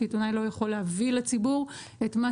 כשעיתונאי לא יכול להביא לציבור את מה